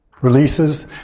releases